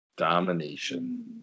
domination